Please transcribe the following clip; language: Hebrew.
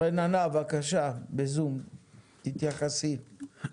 רננה, בזום, תתייחסי.